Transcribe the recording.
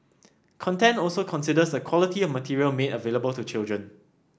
content also considers the quality of material made available to children